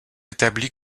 établi